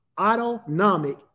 autonomic